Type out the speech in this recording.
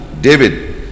David